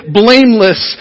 blameless